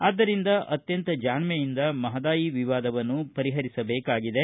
ಆದ್ದರಿಂದ ಅತ್ತಂತ ಜಾಣ್ಣೆಯಿಂದ ಮಹದಾಯಿ ವಿವಾದವನ್ನು ಪರಿಹರಿಸಬೇಕಾಗಿದೆ